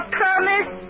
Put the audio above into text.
promise